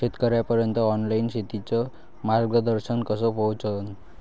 शेतकर्याइपर्यंत ऑनलाईन शेतीचं मार्गदर्शन कस पोहोचन?